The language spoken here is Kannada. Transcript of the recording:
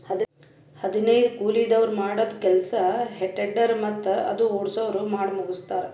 ಹದನೈದು ಕೂಲಿದವ್ರ್ ಮಾಡದ್ದ್ ಕೆಲ್ಸಾ ಹೆ ಟೆಡ್ಡರ್ ಮತ್ತ್ ಅದು ಓಡ್ಸವ್ರು ಮಾಡಮುಗಸ್ತಾರ್